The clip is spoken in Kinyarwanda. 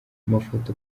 amafoto